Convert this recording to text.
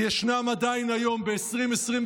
אולי כי יש עדיין היום, ב-2023,